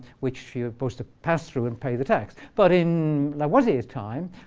which you were supposed to pass through and pay the tax. but in lavoisier's time,